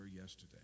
yesterday